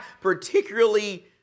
particularly